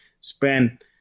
spend